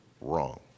wrong